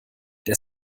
der